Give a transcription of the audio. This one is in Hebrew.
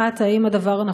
1. האם נכון הדבר?